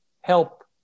help